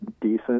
decent